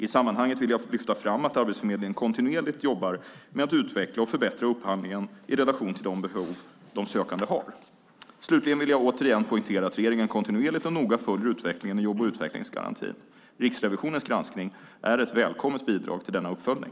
I sammanhanget vill jag lyfta fram att Arbetsförmedlingen kontinuerligt jobbar med att utveckla och förbättra upphandlingen i relation till de behov de sökande har. Slutligen vill jag återigen poängtera att regeringen kontinuerligt och noga följer utvecklingen i jobb och utvecklingsgarantin. Riksrevisionens granskning är ett välkommet bidrag till denna uppföljning.